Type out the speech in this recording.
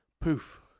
poof